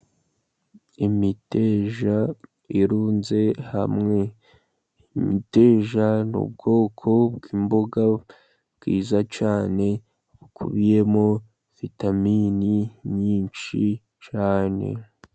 Imiteja irunze hamwe, imiteja ni ubwoko bw'imboga bwiza cyane bukubiyemo vitamini nyinshi cyane.